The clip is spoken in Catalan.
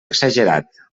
exagerat